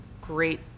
great